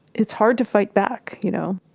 it's hard to fight back, you know?